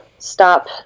stop